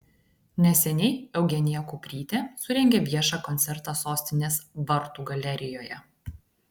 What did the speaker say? neseniai eugenija kuprytė surengė viešą koncertą sostinės vartų galerijoje